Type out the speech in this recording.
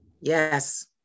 Yes